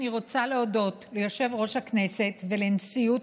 אני רוצה להודות ליושב-ראש הכנסת ולנשיאות